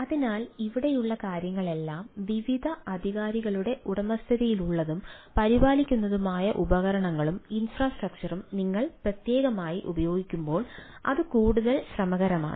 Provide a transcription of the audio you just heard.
അതിനാൽ ഇവിടെയുള്ള കാര്യങ്ങളെല്ലാം വിവിധ അധികാരികളുടെ ഉടമസ്ഥതയിലുള്ളതും പരിപാലിക്കുന്നതുമായ ഉപകരണങ്ങളും ഇൻഫ്രാസ്ട്രക്ചറും നിങ്ങൾ പ്രത്യേകമായി ഉപയോഗിക്കുമ്പോൾ അത് കൂടുതൽ ശ്രമകരമാണ്